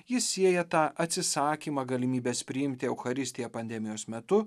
jis sieja tą atsisakymą galimybės priimti eucharistiją pandemijos metu